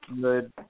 good